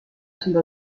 tombe